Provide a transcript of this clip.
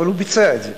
אבל הוא ביצע את זה.